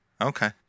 okay